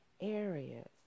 areas